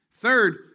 Third